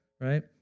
right